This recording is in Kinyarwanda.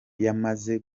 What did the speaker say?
bamaze